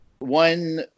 One